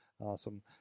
Awesome